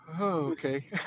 Okay